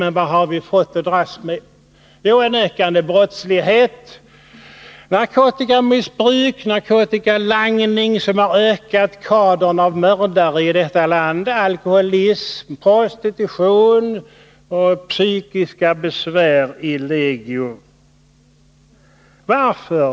Jo, vi har fått en ökande brottslighet, narkotikamissbruk, en narkotikalangning som har ökat kadern av mördare i vårt land, alkoholism, prostitution och psykiska besvär. Varför?